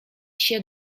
się